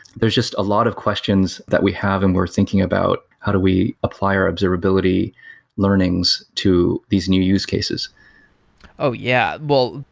there's just a lot of questions that we have and we're thinking about how do we apply our observability learnings to these new use cases oh, yeah. well,